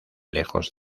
lejos